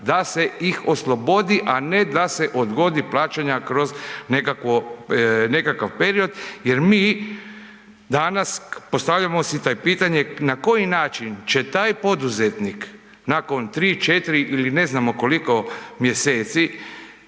da ih se oslobodi, a ne da se odgodi plaćanja kroz nekakvo, nekakav period jer mi danas postavljamo si taj pitanje na koji način će taj poduzetnik nakon 3-4 ili ne znamo koliko mjeseci,